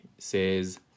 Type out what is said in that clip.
says